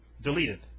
deleted